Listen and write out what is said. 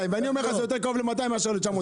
ואני אומר לך שזה יותר קרוב ל-200 מאשר ל-900.